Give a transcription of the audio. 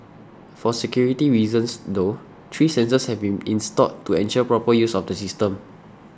for security reasons though three sensors have been installed to ensure proper use of the system